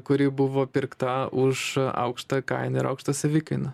kuri buvo pirkta už aukštą kainą ir aukštą savikainą